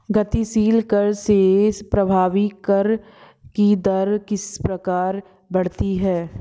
प्रगतिशील कर से प्रभावी कर की दर किस प्रकार बढ़ती है?